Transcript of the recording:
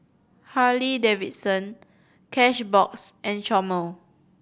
Harley Davidson Cashbox and Chomel